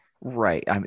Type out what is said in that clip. Right